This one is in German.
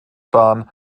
bahn